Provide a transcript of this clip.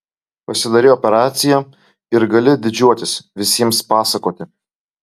pasidarei operaciją ir gali didžiuotis visiems pasakoti